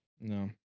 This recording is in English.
No